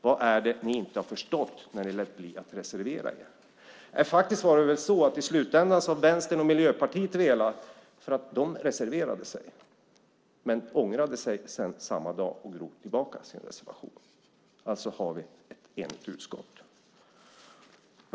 Vad är det ni inte har förstått eftersom ni lät bli att reservera er? I slutändan velade Vänstern och Miljöpartiet eftersom de reserverade sig, men ångrade sig sedan samma dag och drog tillbaka reservationen. Alltså har vi ett enigt utskott.